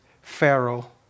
Pharaoh